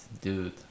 dude